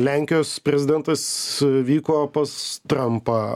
lenkijos prezidentas vyko pas trampą